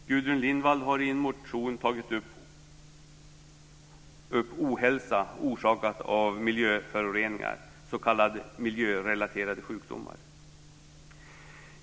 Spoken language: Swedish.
Gudrun Lindvall har i en motion tagit upp ohälsa orsakad av miljöföroreningar, s.k. miljörelaterade sjukdomar.